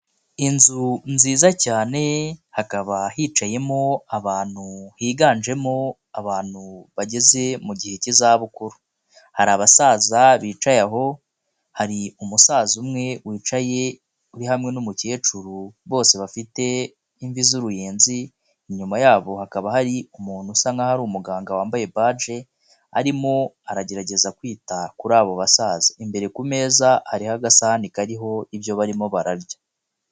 Inzu nziza cyane hakaba hicayemo abantu higanjemo abantu bageze mu gihe cy'izabukuru, hari abasaza bicaye aho, hari umusaza umwe wicaye uri hamwe n'umukecuru bose bafite imvi z'uruyenzi, inyuma yabo hakaba hari umuntu usa nk'aho ari umuganga wambaye baji, arimo aragerageza kwita kuri abo basaza, imbere kumeza hariho agasahani kariho ibyo barimo bararya.